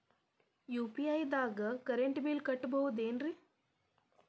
UPI ದಾಗ current bill ಕಟ್ಟಬಹುದೇನ್ರಿ?